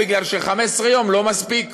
בגלל ש-15 יום לא מספיקים,